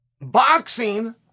Boxing